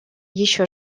еще